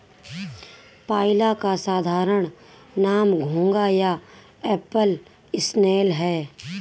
पाइला का साधारण नाम घोंघा या एप्पल स्नेल है